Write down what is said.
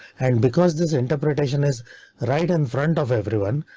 and because this interpretation is right in front of everyone,